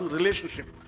relationship